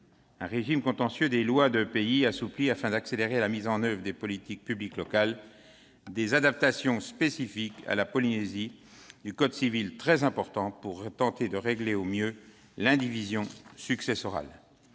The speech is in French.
du régime contentieux des lois de pays afin d'accélérer la mise en oeuvre des politiques publiques locales, des adaptations du code civil spécifiques à la Polynésie, très importantes pour tenter de régler au mieux l'indivision successorale,